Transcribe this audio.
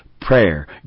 prayer